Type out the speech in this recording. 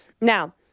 Now